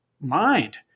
mind